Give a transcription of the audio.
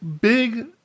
big